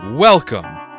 Welcome